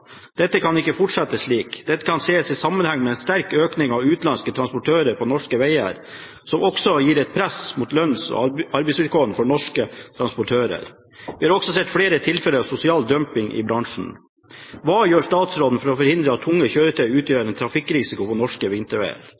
Dette kan ikke fortsette slik. Dette kan sees i sammenheng med en sterk økning av utenlandske transportører på norske veger, som også gir et press mot lønns- og arbeidsvilkårene for norske transportører. Vi har også sett flere tilfeller av sosial dumping i bransjen. Hva gjør statsråden for å forhindre at tunge kjøretøy utgjør en trafikkrisiko på norske